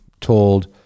told